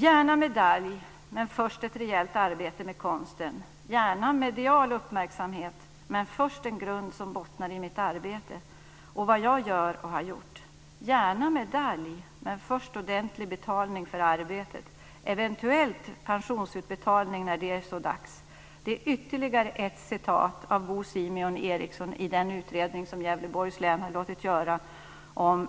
"Gärna medalj men först ett rejält arbete med konsten - gärna medial uppmärksamhet men först en grund som bottnar i mitt arbete och vad jag gör och har gjort - gärna medalj men först ordentlig betalning för arbetet ". Det är ytterligare ett citat av Bo Simeon Eriksson i den utredning som Gävleborgs län har låtit göra om